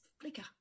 flicker